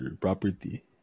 property